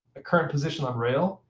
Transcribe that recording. a current position on rail,